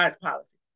policy